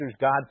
God